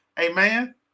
amen